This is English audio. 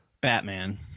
Batman